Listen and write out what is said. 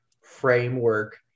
framework